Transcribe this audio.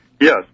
Yes